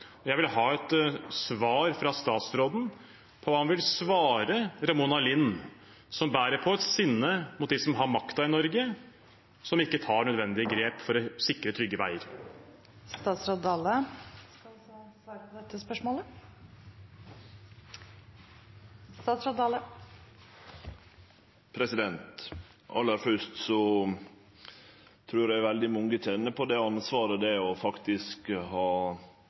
Jeg vil ha et svar fra statsråden på hva han vil svare Ramona Lind, som bærer på et sinne mot dem som har makten i Norge, som ikke tar nødvendige grep for å sikre trygge veier. Statsråd Dale skal svare på dette spørsmålet. Aller først trur eg veldig mange kjenner på korleis det er